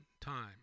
time